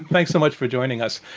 thanks so much for joining us.